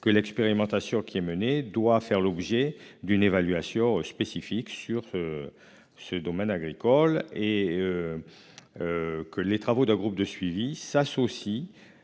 que l'expérimentation qui est menée, doit faire l'objet d'une évaluation spécifique sur. Ce domaine agricole et. Que les travaux d'un groupe de suivi s'associent.